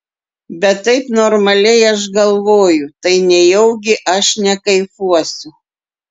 bet taip normaliai aš galvoju tai nejaugi aš nekaifuosiu